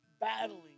battling